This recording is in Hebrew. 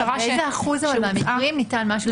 אבל באיזה אחוז מהמקרים ניתן משהו כזה?